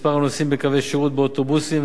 במספר הנוסעים בקווי שירות באוטובוסים,